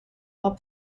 while